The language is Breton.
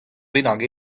bennak